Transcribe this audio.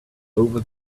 over